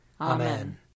Amen